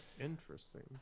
Interesting